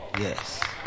Yes